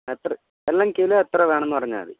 എത്ര എല്ലാം കിലോ എത്ര വേണം എന്ന് പറഞ്ഞാൽമതി